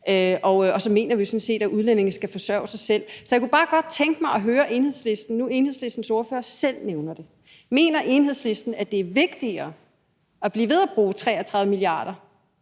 og så mener vi jo sådan set, at udlændinge skal forsørge sig selv. Så jeg kunne bare godt tænke mig at høre Enhedslisten, nu Enhedslistens ordfører selv nævner det: Mener Enhedslisten, at det er vigtigere at blive ved at bruge 33 mia. kr.